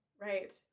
Right